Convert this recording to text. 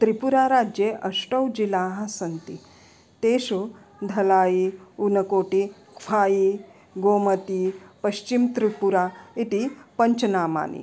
त्रिपुरा राज्ये अष्टौ जिलाः सन्ति तेषु धलायि ऊनकोटी कुफै गोमती पश्चिमत्रिपुरा इति पञ्च नामानि